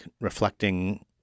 reflecting